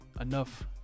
enough